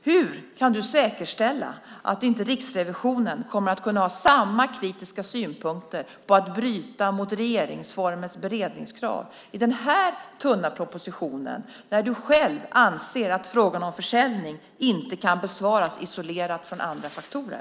Hur kan du säkerställa att inte Riksrevisionen kommer att ha samma kritiska synpunkter mot att bryta mot regeringsformens beredningskrav i denna tunna proposition när du själv anser att frågan om försäljning inte kan besvaras isolerat från andra faktorer?